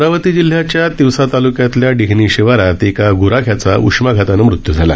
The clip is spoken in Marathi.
अमरावती जिल्ह्याच्या तिवसा तालुक्यातल्या डेहनी शिवारात एका ग्राख्याचा उष्माघातानं मृत्यू झाला